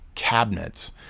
cabinets